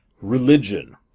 religion